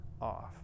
off